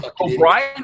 O'Brien